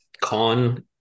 con